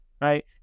right